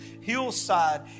hillside